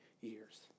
years